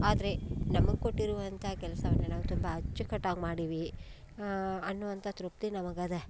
ಆದರೆ ನಮಗೆ ಕೊಟ್ಟಿರುವಂಥ ಕೆಲಸವನ್ನು ನಾವು ತುಂಬ ಅಚ್ಚುಕಟ್ಟಾಗಿ ಮಾಡೀವಿ ಅನ್ನುವಂಥ ತೃಪ್ತಿ ನಮಗೆ ಅದ